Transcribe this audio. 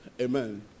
Amen